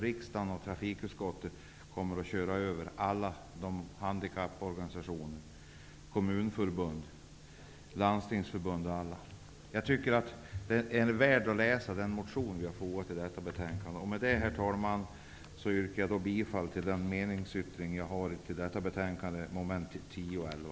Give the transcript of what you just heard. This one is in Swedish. Riksdagen och trafikutskottet kommer att köra över handikapporganisationer, kommunförbund, landstingsförbund m.fl. Den meningsyttring vi har fogat till betänkandet är värd att läsa. Herr talman! Med detta yrkar jag bifall till vår meningsyttring vad avser mom. 10 och 11.